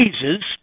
Jesus